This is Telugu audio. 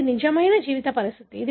ఇది నిజమైన జీవిత పరిస్థితి